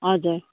हजुर